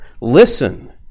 listen